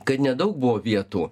kad nedaug buvo vietų